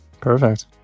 perfect